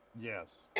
Yes